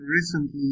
recently